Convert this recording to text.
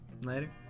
Later